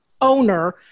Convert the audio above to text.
owner